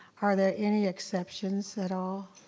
are there any exceptions at all?